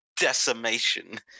decimation